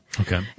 Okay